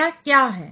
वह क्या है